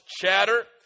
chatter